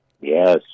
Yes